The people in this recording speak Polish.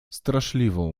straszliwą